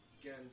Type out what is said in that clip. Again